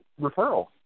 referral